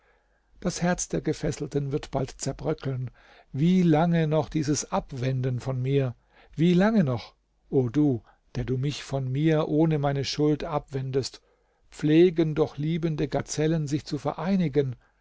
das herz der gefesselten wird bald zerbröckeln wie lange noch dieses abwenden von mir wie lange noch o du der du mich von mir ohne meine schuld abwendest pflegen doch liebende gazellen sich zu vereinigen